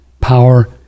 power